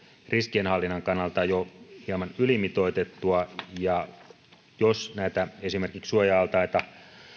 riskinhallinnan kannalta jo hieman ylimitoitettua jos esimerkiksi näitä suoja altaita